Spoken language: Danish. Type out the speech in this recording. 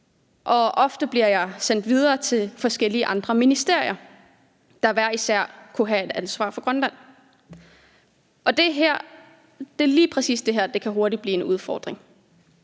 og ofte bliver jeg sendt videre til forskellige andre ministerier, der hver især kunne have et ansvar for Grønland. Det er lige præcis det her, der hurtigt kan blive en udfordring,